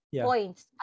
points